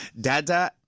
Dada